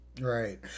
right